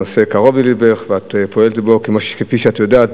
הנושא קרוב ללבך ואת פועלת בו כפי שאת יודעת,